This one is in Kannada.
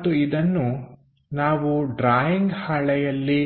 ಮತ್ತು ಇದನ್ನು ನಾವು ಡ್ರಾಯಿಂಗ್ ಹಾಳೆಯಲ್ಲಿ